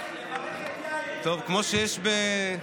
תברך את יאיר לפיד.